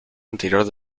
anterior